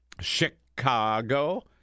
Chicago